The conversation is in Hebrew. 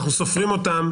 אנחנו סופרים אותם